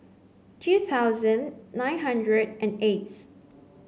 two thousand nine hundred and eighth